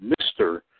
Mr